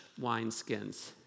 wineskins